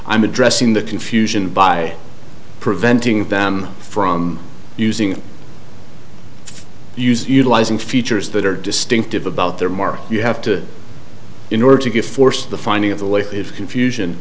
i'm addressing the confusion by preventing them from using use utilizing features that are distinctive about their marks you have to in order to get force the finding of the way confusion